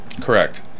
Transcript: Correct